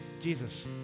Jesus